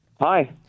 Hi